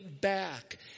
back